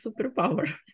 superpower